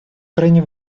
крайне